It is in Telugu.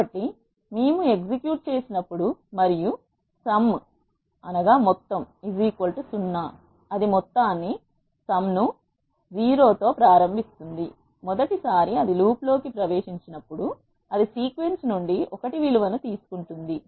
కాబట్టి మేము ఎగ్జిక్యూట్ చేసినప్పుడు మరియు మొత్తం 0 అది మొత్తాన్ని 0 కి ప్రారంభిస్తుంది మొదటి సారి అది లూప్లోకి ప్రవేశించినప్పుడు అది సీక్వెన్స్ నుండి 1 విలువను తీసుకుంటుంది